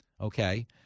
okay